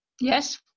Yes